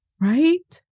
right